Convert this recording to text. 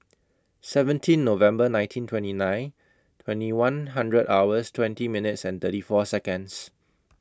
seventeen November nineteen twenty nine twenty one hours twenty minutes thirty four Seconds